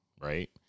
right